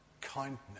kindness